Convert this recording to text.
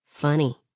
Funny